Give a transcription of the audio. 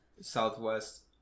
southwest